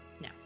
No